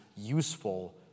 useful